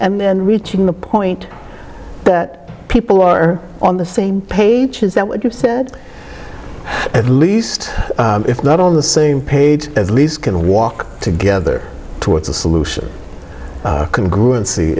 and reaching the point that people are on the same page is that what you said at least if not on the same page as least can walk together towards a solution can grow and see